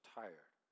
tired